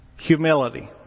Humility